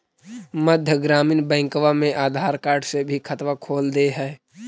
मध्य ग्रामीण बैंकवा मे आधार कार्ड से भी खतवा खोल दे है?